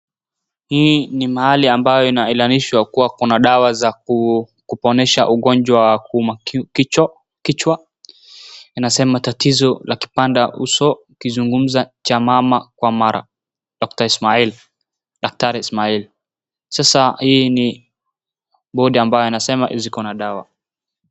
Hii ni mahali ambayo inaeleanishwa kuwa kuna dawa za kuponesha ugonjwa wa kichwa. Inasema tatizo la kipanda uso ukizungumza cha mama kwa mara, Dr Ismail. Daktari Ismail. Sasa hii ni bodi ambayo inasema ziko na dawa.